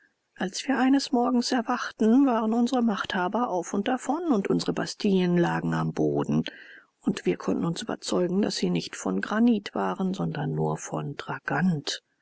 als wir eines morgens erwachten waren unsere machthaber auf und davon und unsere bastillen lagen am boden und wir konnten uns überzeugen daß sie nicht von granit waren sondern nur von tragant